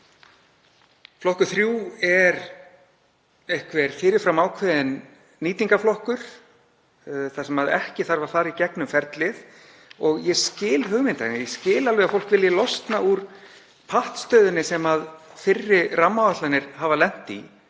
Flokkur 3 er einhver fyrir fram ákveðinn nýtingarflokkur þar sem ekki þarf að fara í gegnum ferlið. Ég skil hugmyndina, ég skil alveg að fólk vilji losna úr pattstöðunni sem fyrri rammaáætlanir hafa lent í,